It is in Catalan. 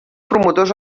promotors